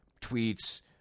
tweets